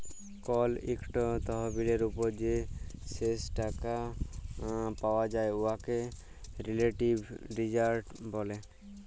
call ইকট তহবিলের উপর যে শেষ টাকা পাউয়া যায় উয়াকে রিলেটিভ রিটার্ল ব্যলে